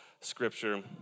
scripture